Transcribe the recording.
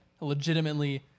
legitimately